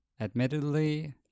admittedly